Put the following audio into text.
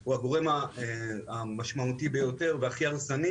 הוא הגורם המשמעותי ביותר והכי הרסני